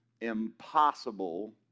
impossible